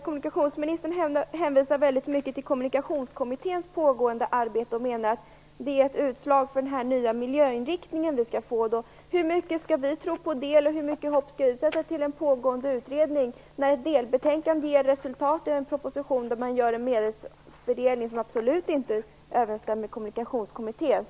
Kommunikationsministern hänvisar väldigt mycket till Kommunikationskommitténs pågående arbete och menar att det är ett utslag för den nya miljöinriktning vi skall få. Hur mycket skall vi tro på det? Hur mycket hopp skall vi sätta till en pågående utredning när ett delbetänkande ger som resultat en proposition där man gör en medelsfördelning som absolut inte överensstämmer med Kommunikationskommitténs?